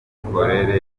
n’imikorere